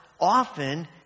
often